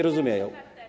rozumieją.